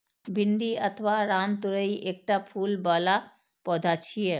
भिंडी अथवा रामतोरइ एकटा फूल बला पौधा छियै